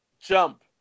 Jump